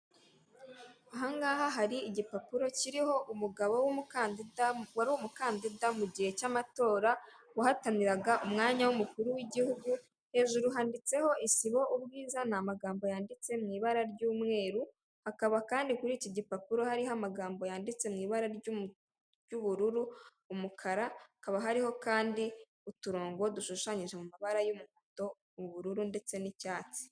Aha ngaha hari igipapuro kiriho umugabo w'umukandida wari umukandida mu mu gihe cy'amatora wahataniraga umwanya w'umukuru w'igihugu, hejuru handitseho isibo ubwiza ni amagambo yanditse mu ibara ry'umweru, hakaba kandi kuri iki gipapuro hariho amagambo yanditse mu ibara ry'ubururu, umukara hakaba hariho kandi uturongo dushushanyije mu mabara y'umuhondo, ubururu ndetse n'icyatsi.